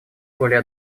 более